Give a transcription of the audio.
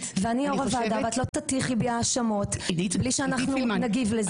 ואני יו"ר הוועדה ואת לא תטיחי בי האשמות בלי שאנחנו נגיב לזה.